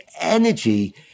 energy